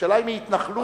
ירושלים היא התנחלות.